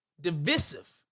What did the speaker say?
divisive